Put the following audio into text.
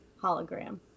hologram